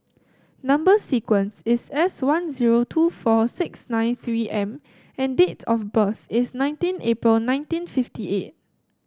number sequence is S one zero two four six nine three M and date of birth is nineteen April nineteen fifty eight